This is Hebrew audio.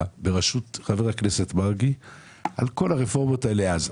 בראשות חבר הכנסת מרגי על כל הרפורמות הללו אז.